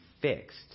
fixed